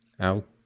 out